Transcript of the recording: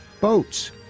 boats